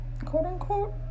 quote-unquote